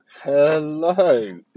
Hello